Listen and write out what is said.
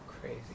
crazy